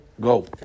go